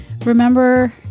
Remember